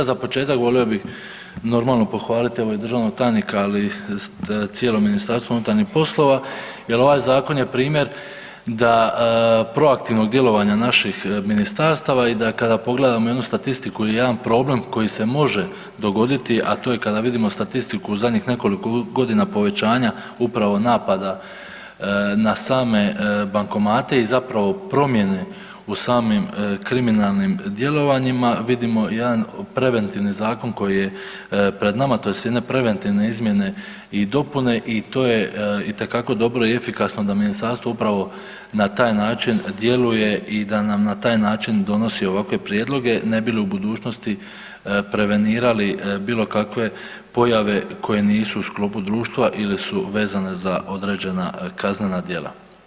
Za početak volio bih normalno pohvaliti evo i državnog tajnika, ali i cijelo MUP jer ovaj zakon je primjer da proaktivnog djelovanja naših ministarstava i da kada pogledamo jednu statistiku ili jedan problem koji se može dogoditi, a to je kada vidimo statistiku u zadnjih nekoliko godina povećanja upravo napada na same bankomate i zapravo promjene u samim kriminalnim djelovanjima, vidimo jedan preventivni zakon koji je pred nama tj. jedne preventivne izmjene i dopune i to je itekako dobro i efikasno da ministarstvo upravo na taj način djeluje i da nam na taj način donosi ovakve prijedloge ne bi li u budućnosti prevenirali bilo kakve pojave koje nisu u sklopu društva ili su vezane za određena kaznena djela.